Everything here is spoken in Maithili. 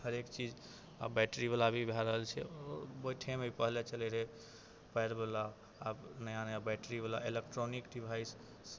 हरेक चीज आब बैटरीवला भी भऽ रहल छै ओ बैठेमे पहिले चलै रहै पाएरवला आब नया नया बैटरीवला इलेक्ट्रॉनिक डिवाइस